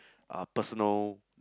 uh personal